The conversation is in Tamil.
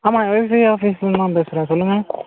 ஆமாம் எல்ஜி ஆஃபீஸ்லேருந்து தான் பேசுறேன் சொல்லுங்கள்